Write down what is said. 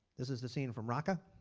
this is the scene from raqqa.